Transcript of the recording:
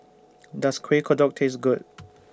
Does Kueh Kodok Taste Good